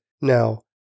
now